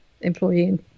employee